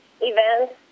events